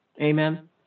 Amen